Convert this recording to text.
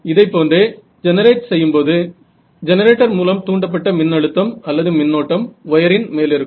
இதைப்போன்றே generate செய்யும்போது generator மூலம் தூண்டப்பட்ட மின்னழுத்தம் அல்லது மின்னோட்டம் வயரின் மேலிருக்கும்